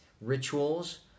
rituals